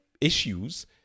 issues